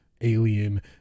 Alien